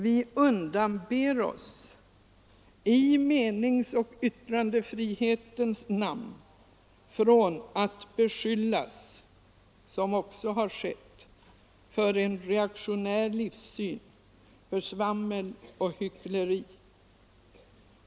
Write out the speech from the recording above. Vi undanber oss i meningsoch yttrandefrihetens namn att bli beskyllda — vilket också har skett — för en reaktionär livssyn, för svammel och för hyckleri.